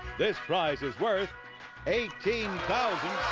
this prize is worth eighteen thousand